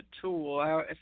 tool